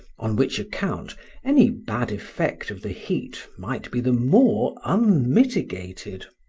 on which account any bad effect of the heat might be the more unmitigated.